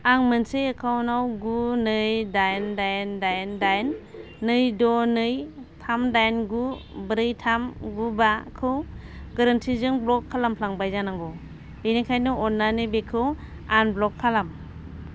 आं मोनसे एकाउन्टआव गु नै दाइन दाइन दाइन दाइन नै द' नै थाम दाइन गु ब्रै थाम गु बाखौ गोरोन्थिजों ब्ल'क खालामफ्लांबाय जानांगौ बेनिखायनो अन्नानै बेखौ आनब्ल'क खालाम